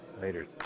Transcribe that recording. Later